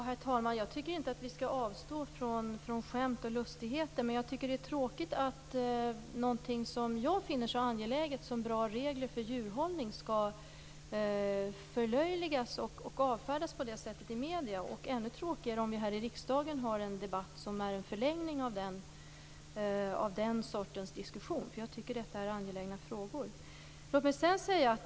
Herr talman! Jag tycker inte att vi skall avstå från skämt och lustigheter, men jag tycker att det är tråkigt att någonting som jag finner så angeläget som bra regler för djurhållning skall förlöjligas och avfärdas på det sättet i medier. Ändå tråkigare är det om vi här i riksdagen har en debatt som är en förlängning av den sortens diskussion. Jag tycker att detta är angelägna frågor.